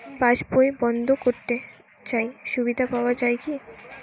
পাশ বই বন্দ করতে চাই সুবিধা পাওয়া যায় কি?